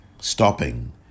stopping